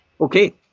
Okay